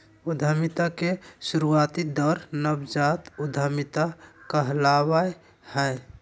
उद्यमिता के शुरुआती दौर नवजात उधमिता कहलावय हय